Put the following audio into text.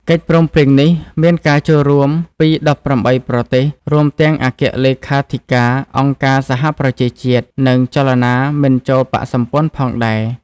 កិច្ចព្រមព្រៀងនេះមានការចូលរួមពី ១៨ ប្រទេស រួមទាំងអគ្គលេខាធិការអង្គការសហប្រជាជាតិ និងចលនាមិនចូលបក្សសម្ព័ន្ធផងដែរ។